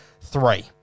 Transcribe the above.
three